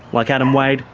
like adam wade,